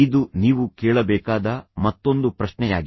ಇದು ನೀವು ಕೇಳಬೇಕಾದ ಮತ್ತೊಂದು ಪ್ರಶ್ನೆಯಾಗಿದೆ